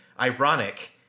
ironic